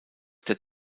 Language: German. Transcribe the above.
der